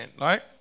right